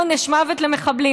עונש מוות למחבלים,